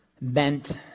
bent